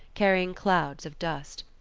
carrying clouds of dust.